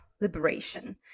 liberation